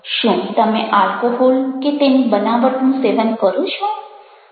શું તમે આલ્કોહોલ કે તેની બનાવટનું સેવન કરો છો